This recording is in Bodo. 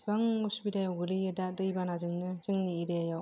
बिसिबां उसुबिदायाव गोलैयो दा दैबाना जोंनो जोंनि एरियायाव